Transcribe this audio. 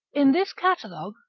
in this catalogue,